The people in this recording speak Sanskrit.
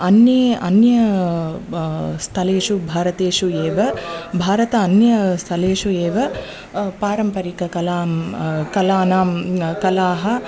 अन्ये अन्ये स्थलेषु भारतेषु एव भारते अन्य स्थलेषु एव पारंपरिककलां कलानां कलाः